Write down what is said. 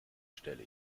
stelle